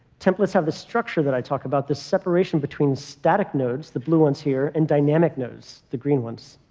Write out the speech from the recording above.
templates have the structure that i talk about, the separation between static nodes, the blue ones here, and dynamic nodes, the green ones.